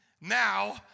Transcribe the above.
now